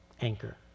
anchor